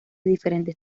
diferentes